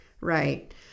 right